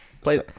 Play